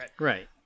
Right